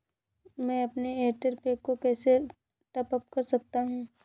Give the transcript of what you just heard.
मैं अपने एयरटेल पैक को कैसे टॉप अप कर सकता हूँ?